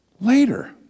later